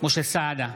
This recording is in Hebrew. משה סעדה,